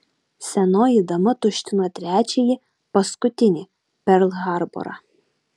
senoji dama tuštino trečiąjį paskutinį perl harborą